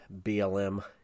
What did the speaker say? BLM